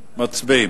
מצביעים.